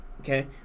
okay